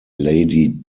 lady